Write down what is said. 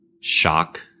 shock